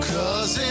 Cause